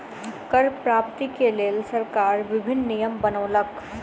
कर प्राप्ति के लेल सरकार विभिन्न नियम बनौलक